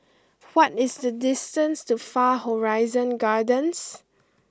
what is the distance to Far Horizon Gardens